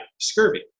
scurvy